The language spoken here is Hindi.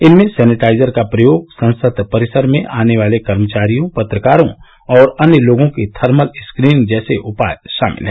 इनमें सैनिटाइजर का प्रयोग संसद परिसर में आने वाले कर्मचारियों पत्रकारों और अन्य लोगों की थर्मल स्क्रीनिंग जैसे उपाय शामिल हैं